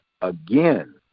again